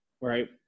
right